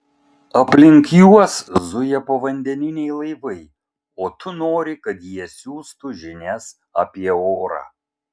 aplink juos zuja povandeniniai laivai o tu nori kad jie siųstų žinias apie orą